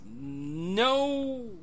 no